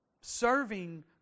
serving